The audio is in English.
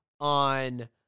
on